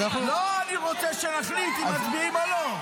לא, אני רוצה שנחליט אם מצביעים או לא.